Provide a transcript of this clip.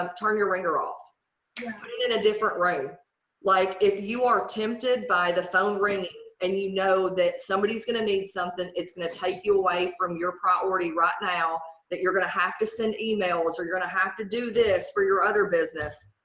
um turn your ringer off do and but it in a different room like if you are tempted by the phone ringing and you know that somebody's gonna need something it's gonna take you away from your priority right now that you're gonna have to send emails or you're gonna have to do this for your other business.